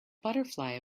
butterfly